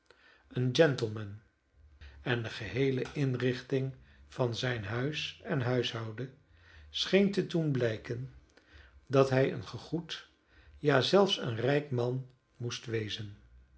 een gentleman en de geheele inrichting van zijn huis en huishouden scheen te doen blijken dat hij een gegoed ja zelfs een rijk man moest wezen